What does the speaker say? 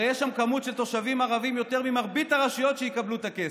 הרי יש כמות של תושבים ערבים יותר מבמרבית הרשויות שיקבלו את הכסף.